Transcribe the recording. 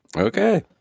Okay